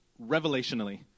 revelationally